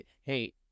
Hey